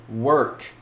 work